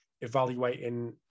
evaluating